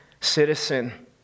citizen